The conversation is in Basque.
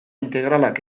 integralak